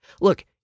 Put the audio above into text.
Look